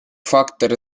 фактор